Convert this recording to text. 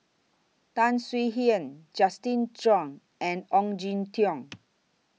Tan Swie Hian Justin Zhuang and Ong Jin Teong